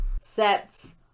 sets